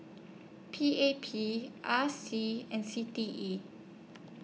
P A P R C and C T E